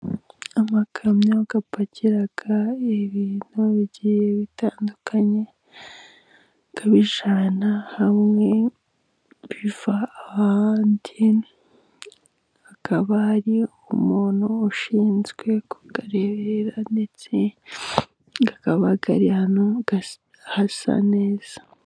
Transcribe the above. Amakamyo apakira ibintu bigiye bitandukanye, abivana hamwe abijyana ahandi, hakaba hari umuntu ushinzwe kuyarebera ndetse akaba ari hano asa neza.